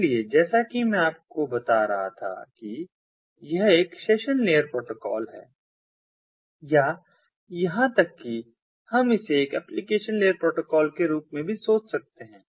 इसलिए जैसा कि मैं आपको बता रहा था कि यह एक सेशन लेयर प्रोटोकॉल है या यहां तक कि हम इसे एक एप्लीकेशन लेयर प्रोटोकॉल के रूप में भी सोच सकते हैं